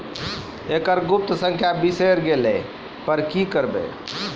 एकरऽ गुप्त संख्या बिसैर गेला पर की करवै?